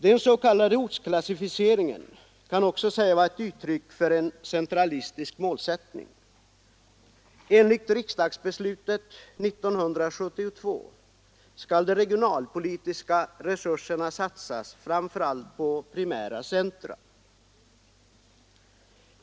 Den s.k. ortsklassificeringen kan också sägas vara ett uttryck för en centralistisk målsättning. Enligt riksdagsbeslutet 1972 skall de regionalpolitiska resurserna framför allt satsas på primära centra.